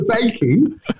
baking